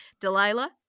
Delilah